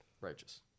Righteous